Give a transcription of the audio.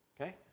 Okay